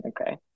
okay